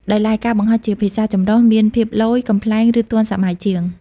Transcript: ដោយឡែក ការបង្ហោះជាភាសាចម្រុះមានភាពឡូយ កំប្លែង ឬ ទាន់សម័យជាង។